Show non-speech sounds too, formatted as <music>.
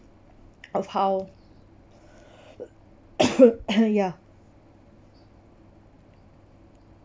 of how <coughs> ya